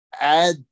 add